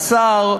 הצר,